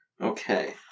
Okay